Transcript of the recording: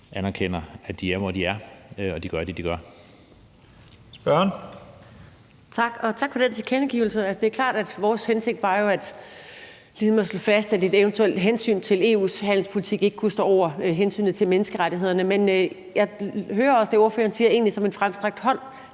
anerkender, at de er, hvor de er, og gør det, de gør.